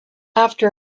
after